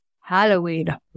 Halloween